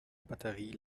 batterie